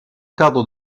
cadre